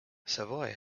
savoy